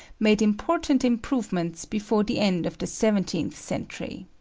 made important improvements before the end of the seventeenth century.